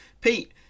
Pete